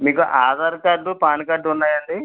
మీకు Aadhaar card PAN card ఉన్నాయాండి